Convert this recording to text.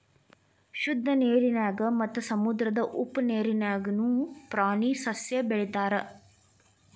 ಶುದ್ದ ನೇರಿನ್ಯಾಗ ಮತ್ತ ಸಮುದ್ರದ ಉಪ್ಪ ನೇರಿನ್ಯಾಗುನು ಪ್ರಾಣಿ ಸಸ್ಯಾ ಬೆಳಿತಾರ